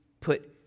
put